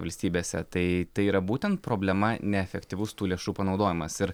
valstybėse tai tai yra būtent problema neefektyvus tų lėšų panaudojimas ir